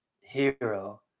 hero